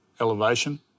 elevation